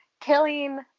killing